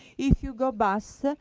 if you go bust,